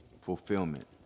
Fulfillment